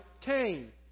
Cain